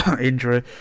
injury